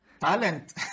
talent